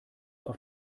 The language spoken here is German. auf